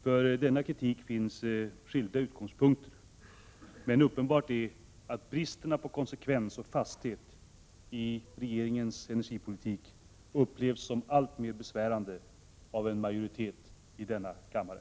För denna kritik finns skilda utgångspunkter. Men uppenbart är att bristen på konsekvens och fasthet i regeringens energipolitik upplevs som alltmer besvärande av en majoritet i denna kammare.